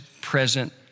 present